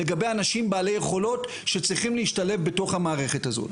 לגבי אנשים בעלי יכולות שצריכים להשתלב בתוך המערכת הזאת.